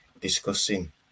discussing